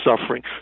suffering